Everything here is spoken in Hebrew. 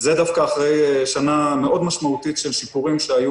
זה דווקא אחרי שנה משמעותית מאוד של שיפורים שהיו